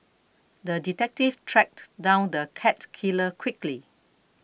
the detective tracked down the cat killer quickly